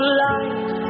light